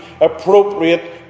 appropriate